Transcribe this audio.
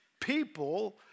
people